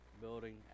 building